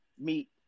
meet